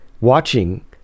watching